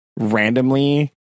randomly